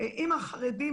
בזמן השירות ולאחר השירות.